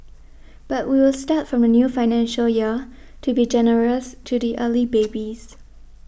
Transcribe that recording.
but we will start from the new financial year to be generous to the early babies